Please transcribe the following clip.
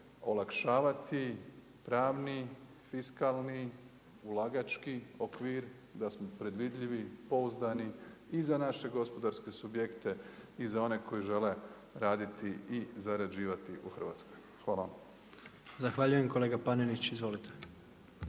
olakšavati pravni, fiskalni, ulagački okvir, da smo predvidljivi, pouzdani i za naše gospodarske subjekte i za one koji žele raditi i zarađivati u Hrvatskoj. Hvala vam. **Jandroković, Gordan